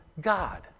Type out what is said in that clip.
God